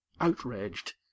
outraged